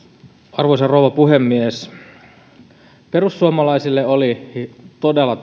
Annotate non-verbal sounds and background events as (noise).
arvoisa rouva puhemies perussuomalaisille oli todella (unintelligible)